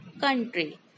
country